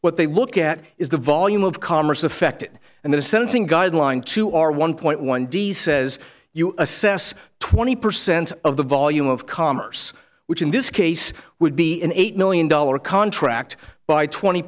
what they look at is the volume of commerce affected and the sentencing guideline to r one point one d says you assess twenty percent of the volume of commerce which in this case would be an eight million dollar contract by twenty